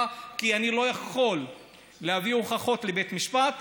כי אני לא יכול להביא הוכחות לבית משפט,